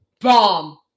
Bomb